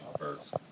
first